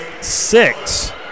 six